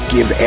Give